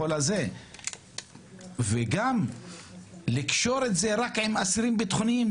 בכל הזה וגם לקשור את זה רק עם אסירים ביטחוניים,